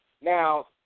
Now